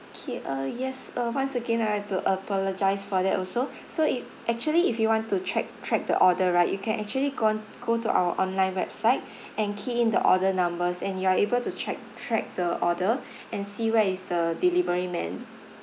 K uh yes uh once again I like to apologise for that also so if actually if you want to check track the order right you can actually gone go to our online website and key in the order numbers and you're able to check track the order and see where is the delivery man